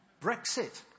Brexit